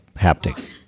haptic